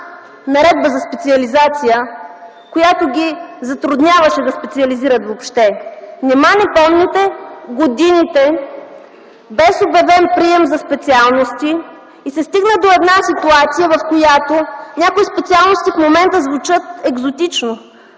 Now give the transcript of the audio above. наредба за специализация, която ги затрудняваше да специализират въобще. Нима не помните годините без обявен прием за специалности? И се стигна до една ситуация, в която някои специалности в момента звучат екзотично,